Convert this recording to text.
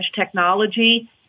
technology